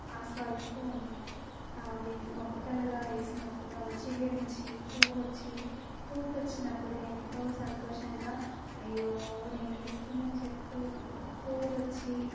ఆస్వాదిస్తూ ఉంటాము అవి మొక్కలుగా వేసినప్పుడు అవి చిగురించి పువ్వొచ్చి పూతొచ్చినప్పుడు ఎంతో సంతోషంగా అయ్యో నేనేసుకున్న చెట్టు పూలు వచ్చి